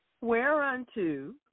whereunto